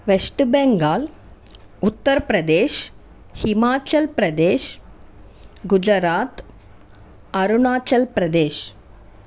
west Bengal Uttar Pradesh Himachal Pradesh Gujarat Arunachal Pradesh